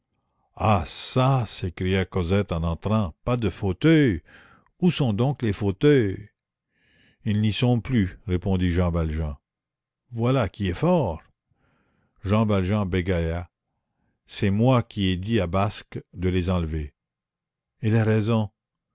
ah çà s'écria cosette en entrant pas de fauteuils où sont donc les fauteuils ils n'y sont plus répondit jean valjean voilà qui est fort jean valjean bégaya c'est moi qui ai dit à basque de les enlever et la raison